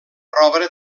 rebre